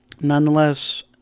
nonetheless